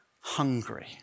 hungry